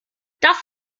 das